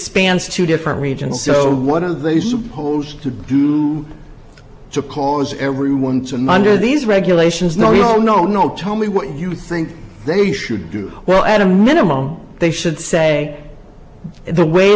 spans two different regions so what are they supposed to do to cause everyone to know under these regulations no no no tell me what you think they should do well at a minimum they should say in the way